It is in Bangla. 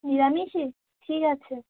নিরামিষই ঠিক আছে